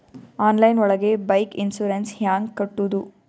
Online ಒಳಗೆ bike insurance ಹ್ಯಾಂಗ್ ಕಟ್ಟುದು?